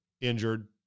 injured